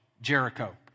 Jericho